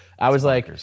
i was like,